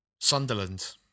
Sunderland